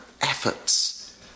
efforts